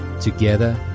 together